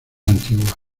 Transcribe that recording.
antigua